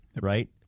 right